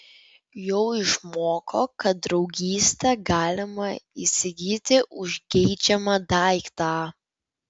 jau išmoko kad draugystę galima įsigyti už geidžiamą daiktą